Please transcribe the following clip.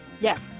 Yes